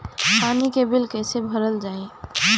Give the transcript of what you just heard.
पानी के बिल कैसे भरल जाइ?